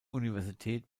universität